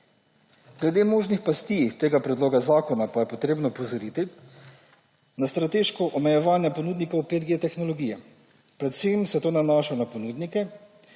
Glede možnih pasti tega predloga zakona pa je treba opozoriti na strateško omejevanje ponudnikov 5G tehnologije. Predvsem se to nanaša na ponudnike,